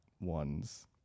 ones